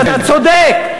אתה צודק.